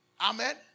Amen